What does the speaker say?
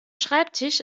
schreibtisch